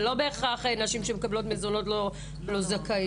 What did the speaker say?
זה לא בהכרח שנשים שמקבלות מזונות לא זכאיות.